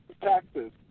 taxes